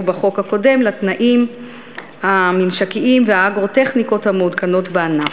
בחוק הקודם לתנאים הממשקיים ולאגרו-טכניקות המעודכנות בענף.